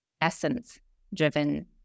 essence-driven